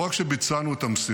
לא רק שביצענו את המשימה,